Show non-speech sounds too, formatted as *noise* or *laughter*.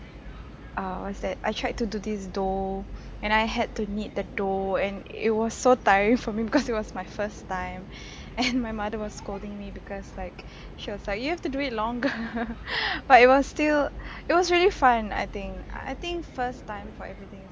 uh what is that I tried to do this dough and I had to knead the dough and it was so tiring for me *laughs* because it was my first time *breath* and my mother was scolding me because like *breath* she was like you have to do it longer *laughs* but it was still *breath* it was really fun I think I think first time for everything